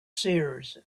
seers